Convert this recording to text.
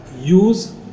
use